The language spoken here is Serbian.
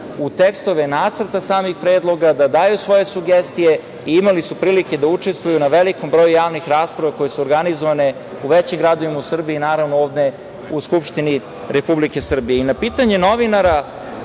u tekstove nacrta samih predloga, da daju svoje sugestije i imali su prilike da učestvuju na velikom broju javnih rasprava koje su organizovane u većim gradovima u Srbiji, naravno, ovde u Skupštini Republike Srbije. Na pitanje novinara,